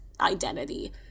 identity